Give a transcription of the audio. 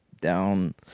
down